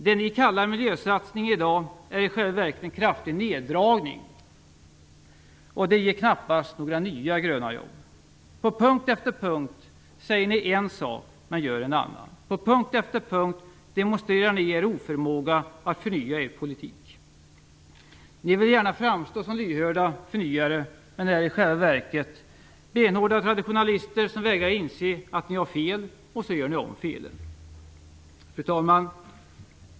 Det ni kallar miljösatsning är i själva verket ett kraftig neddragning, och det ger knappast några nya gröna jobb! På punkt efter punkt säger ni en sak, men gör en annan. På punkt efter punkt demonstrerar ni er oförmåga att förnya er politik. Ni vill gärna framstå som lyhörda förnyare, men är i själva verket benhårda traditionalister som vägrar inse att ni har fel. Så gör ni om felen. Fru talman!